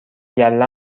گله